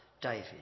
David